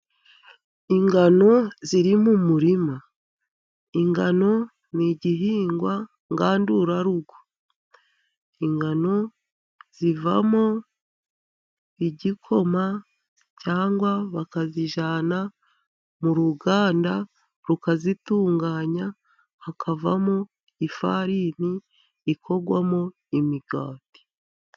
Ingano ziri mu muririma, ingano ni igihingwa ngandurarugo, ingano zivamo igikoma cyangwa bakazijyana mu ruganda ,rukazitunganya hakavamo ifarini ikorwamo imigati.